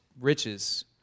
riches